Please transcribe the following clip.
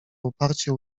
uparcie